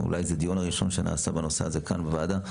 אולי זה הדיון הראשון שנעשה בנושא הזה בוועדה.